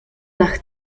nach